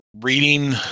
reading